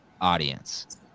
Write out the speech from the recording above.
audience